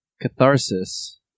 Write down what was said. Catharsis